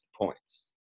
points